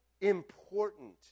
important